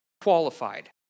qualified